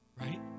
right